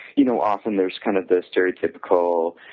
you know, often there is kind of the stereotypical,